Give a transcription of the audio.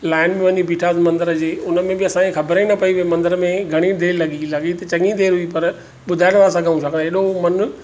line में वञी बिठासीं मंदिर जी उन में बि असांखे ख़बर ई न पई मंदिर में घणी देर लॻी लॻी त चङी देर हुई पर ॿुधाए नथा सघूं छाकाणि हेॾो मन